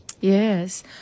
Yes